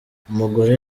umugore